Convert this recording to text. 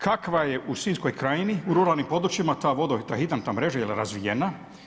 Kakva je u sinjskoj krajini u ruralnim područjima ta voda i ta … mreža jel razvijena?